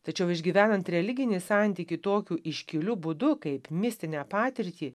tačiau išgyvenant religinį santykį tokiu iškiliu būdu kaip mistinę patirtį